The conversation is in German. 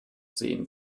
sehen